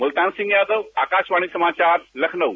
मुलतान सिंह यादव आकाशवाणी सामचार लखनऊ